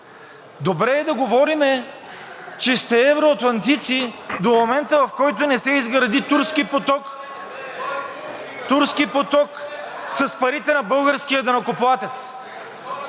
Добре е да говорим, че сте евроатлантици до момента, в който не се изгради Турски поток с парите на българския данъкоплатец.